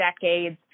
decades